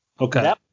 Okay